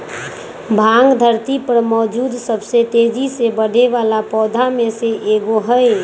भांग धरती पर मौजूद सबसे तेजी से बढ़ेवाला पौधा में से एगो हई